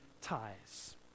ties